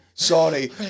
sorry